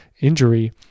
injury